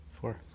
Four